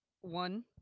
one